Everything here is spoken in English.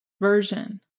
version